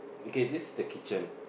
okay this is the kitchen